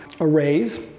arrays